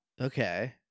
Okay